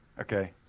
Okay